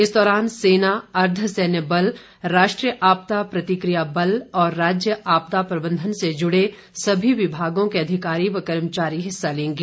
इस दौरान सेना अर्धसैन्य बल राष्ट्रीय आपदा प्रतिकिया बल और राज्य आपदा प्रबंधन से जूड़े समी विमागों के अधिकारी व कर्मचारी हिस्सा लेंगे